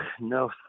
no